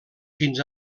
fins